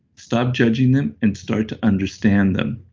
stop judging them and start to understand them.